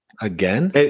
again